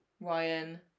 Ryan